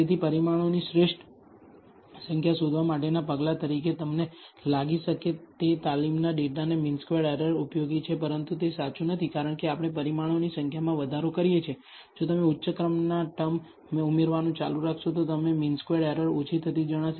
તેથી પરિમાણોની શ્રેષ્ઠ સંખ્યા શોધવા માટેના પગલા તરીકે તમને લાગી શકે તે તાલીમ ડેટાની મીન સ્ક્વેર્ડ એરર ઉપયોગી છે પરંતુ તે સાચું નથી કારણ કે આપણે પરિમાણોની સંખ્યામાં વધારો કરીએ છીએ જો તમે ઉચ્ચ ક્રમના ટર્મ ઉમેરવાનું ચાલુ રાખશો તો તમે મીન સ્ક્વેર્ડ એરર ઓછી થતી જણાશે